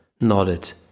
nodded